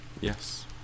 Yes